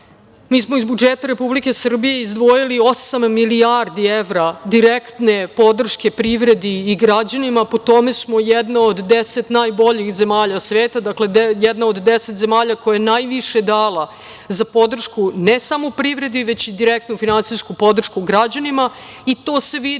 mi smo iz budžeta Republike Srbije izdvojili osam milijardi evra direktne podrške privredi i građanima. Po tome smo jedna od 10 najboljih zemalja sveta, dakle, jedna od 10 zemalja koja je najviše dala za podršku ne samo privredi, već i direktnu finansijsku podršku građanima i to se vidi